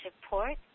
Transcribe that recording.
support